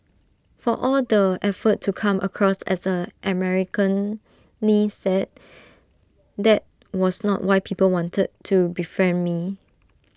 for all the effort to come across as A Americanised that was not why people wanted to befriend me